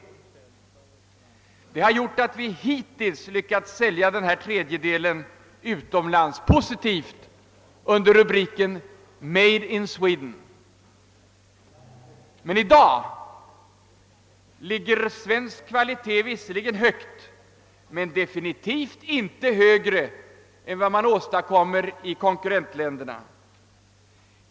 Detta har gjort att vi hittills lyckats sälja denna tredjedel utomlands positivt under rubriken »Made in Sweden». Men i dag ligger svensk kvalitet visserligen högt men definitivt inte högre än man åstadkommer i konkurrentländerna.